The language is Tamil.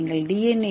பின்னர் நீங்கள் டி